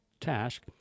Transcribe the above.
task